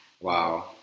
Wow